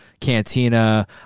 Cantina